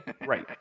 Right